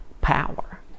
power